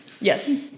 yes